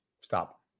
stop